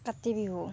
Kati Bihu